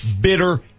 bitter